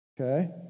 okay